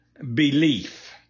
belief